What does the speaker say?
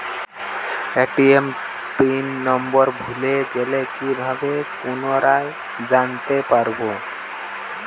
ATM pin number ভুলে গেলে কি ভাবে পুনরায় জানতে পারবো?